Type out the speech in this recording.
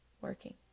working